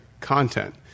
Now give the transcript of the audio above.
content